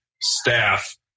staff